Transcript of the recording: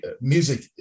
music